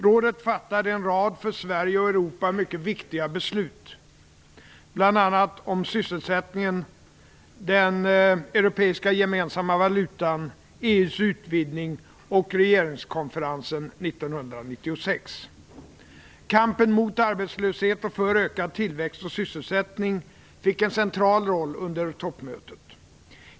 Rådet fattade en rad för Sverige och Europa mycket viktiga beslut, bl.a. om sysselsättningen, den europeiska gemensamma valutan, Kampen mot arbetslöshet och för ökad tillväxt och sysselsättning fick en central roll under toppmötet.